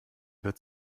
wird